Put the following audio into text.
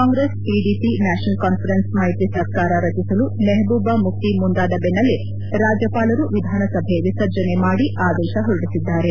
Congress PDP National Conference ಮೈತ್ರಿ ಸರಕಾರ ರಚಿಸಲು ಮೆಹಬೂಬಾ ಮುಫ್ತಿ ಮುಂದಾದ ಬೆನ್ನಲ್ಲೇ ರಾಜ್ಯಪಾಲರು ವಿಧಾನಸಭೆ ವಿಸರ್ಜನೆ ಮಾಡಿ ಆದೇಶ ಹೊರಡಿಸಿದ್ದಾರೆ